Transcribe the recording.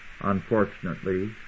unfortunately